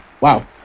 Wow